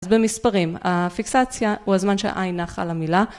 אז במספרים, הפיקסציה הוא הזמן שהעין נחה על המילה